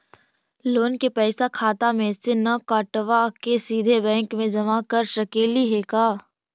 Loan के पैसा खाता मे से न कटवा के सिधे बैंक में जमा कर सकली हे का?